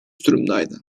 durumdaydı